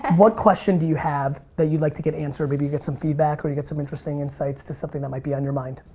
what question do you have that you'd like to get answer? maybe you get some feedback or you get some interesting insights to something that might be on your mind.